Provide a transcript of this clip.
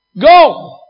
Go